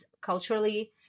culturally